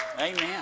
Amen